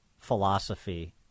philosophy